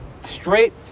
straight